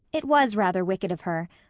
it was rather wicked of her.